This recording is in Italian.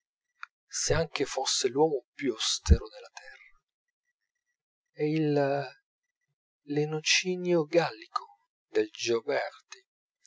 se anche foste l'uomo più austero della terra è il lenocinio gallico del gioberti